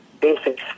basic